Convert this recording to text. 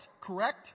correct